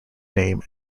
name